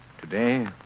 Today